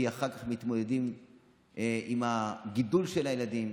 כי אחר כך מתמודדים עם הגידול של הילדים,